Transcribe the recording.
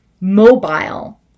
mobile